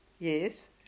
Yes